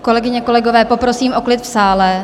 Kolegyně, kolegové, poprosím o klid v sále.